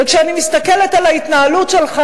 וכשאני מסתכלת על ההתנהלות שלך,